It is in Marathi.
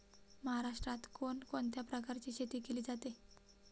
महाराष्ट्रात कोण कोणत्या प्रकारची शेती केली जाते?